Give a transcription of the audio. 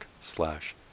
slash